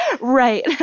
Right